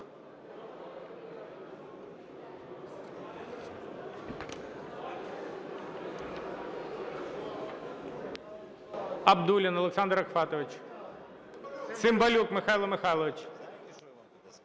Абдуллін Олександр Рафкатович. Цимбалюк Михайло Михайлович.